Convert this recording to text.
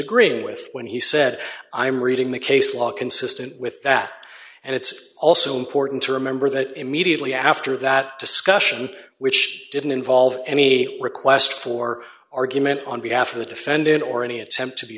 agreeing with when he said i'm reading the case law consistent with that and it's also important to remember that immediately after that discussion which didn't involve any request for argument on behalf of the defendant or any attempt to be